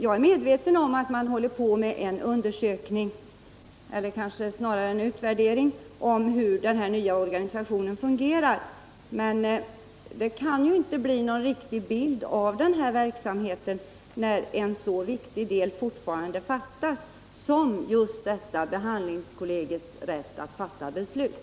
Jag är medveten om att man håller på med en undersökning eller kanske snarare en utvärdering av hur den nya organisationen fungerar, men man kan inte få någon riktig bild av verksamheten när en så viktig del fortfarande fattas som just behandlingskollegiets rätt att fatta beslut.